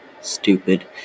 stupid